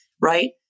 Right